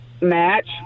match